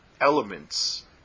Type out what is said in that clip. elements